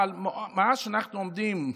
אבל מאז שאנחנו עומדים,